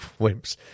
wimps